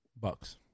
Bucks